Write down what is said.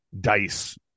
dice